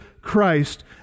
Christ